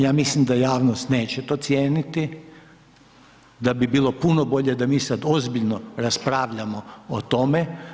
Ja mislim da javnost neće to cijeniti, da bi bilo puno bolje da mi sada ozbiljno raspravljamo o tome.